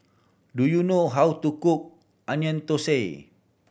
do you know how to cook Onion Thosai